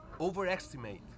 overestimate